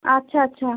আচ্ছা আচ্ছা